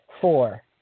Four